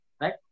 right